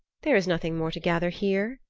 there is nothing more to gather here,